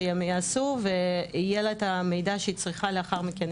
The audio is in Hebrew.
שהן יעשו ויהיה לה את המידע שהיא צריכה לאחר מכן,